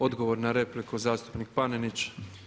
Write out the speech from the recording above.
Odgovor na repliku zastupnik Panenić.